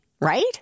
right